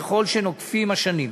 ככל שנוקפות השנים.